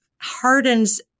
hardens